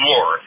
War